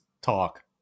talk